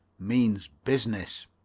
means business.